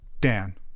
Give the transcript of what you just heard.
dan